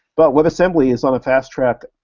but webassembly is on a fast track.